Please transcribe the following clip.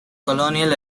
colonial